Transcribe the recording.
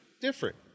different